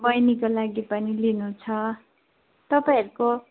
बहिनीको लागि पनि लिनु छ तपाईँहरूको